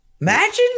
Imagine